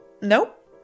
Nope